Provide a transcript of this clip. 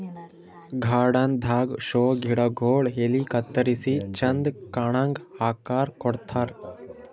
garden ದಾಗಾ show ಗಿಡಗೊಳ್ ಎಲಿ ಕತ್ತರಿಸಿ ಚಂದ್ ಕಾಣಂಗ್ ಆಕಾರ್ ಕೊಡ್ತಾರ್